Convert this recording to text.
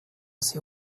ser